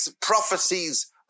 prophecies